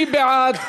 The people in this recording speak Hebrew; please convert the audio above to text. מי בעד?